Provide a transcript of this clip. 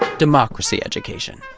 democracy education.